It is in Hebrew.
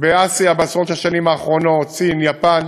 באסיה בעשרות השנים האחרונות, סין, יפן,